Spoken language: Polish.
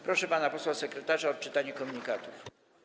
Proszę pana posła sekretarza o odczytanie komunikatów.